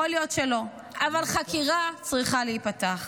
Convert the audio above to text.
יכול להיות שלא, אבל חקירה צריכה להיפתח.